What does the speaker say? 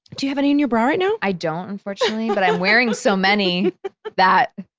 do you have any in your bra right now? i don't unfortunately, but i'm wearing so many that,